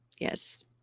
yes